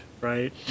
right